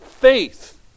faith